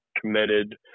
committed